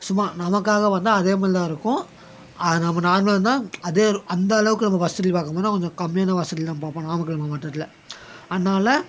சும்மா நமக்காக வந்து அதேமாதிரிதான் இருக்கும் அது நம்ம நார்மலாக இருந்தால் அதே அந்தளவுக்கு நமக்கு வசதி பார்க்கப் போனால் கொஞ்சம் கம்மியான வசதியில் தான் பார்ப்போம் நாமக்கல் மாவட்டத்தில் அதனால